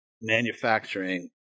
manufacturing